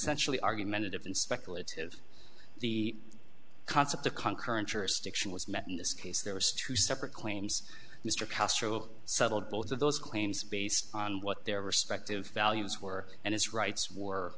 essentially argumentative and speculative the concept of conquering jurisdiction was met in this case there was two separate claims mr castro settled both of those claims based on what their respective values were and his rights were